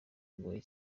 agoye